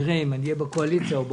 נראה אם אהיה בקואליציה או באופוזיציה.